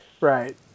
Right